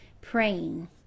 praying